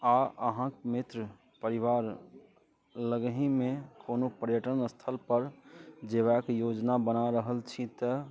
आओर अहाँके मित्र परिवार लग हीमे कोनो पर्यटन स्थलपर जेबाके योजना बना रहल छी तऽ